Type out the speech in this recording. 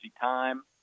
time